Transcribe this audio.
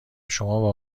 شما